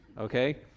okay